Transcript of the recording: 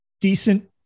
decent